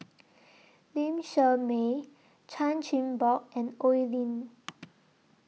Lee Shermay Chan Chin Bock and Oi Lin